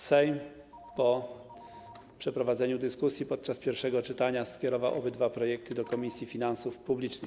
Sejm po przeprowadzeniu dyskusji podczas pierwszego czytania skierował obydwa projekty do Komisji Finansów Publicznych.